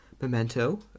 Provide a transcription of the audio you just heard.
Memento